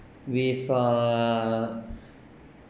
with uh